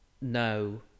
No